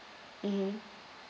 mmhmm